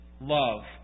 love